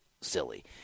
silly